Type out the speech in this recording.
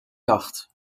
jacht